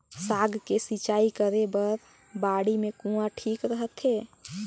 साग के सिंचाई करे बर बाड़ी मे कुआँ ठीक रहथे?